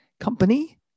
Company